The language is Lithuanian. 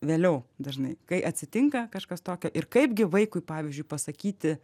vėliau dažnai kai atsitinka kažkas tokio ir kaipgi vaikui pavyzdžiui pasakyti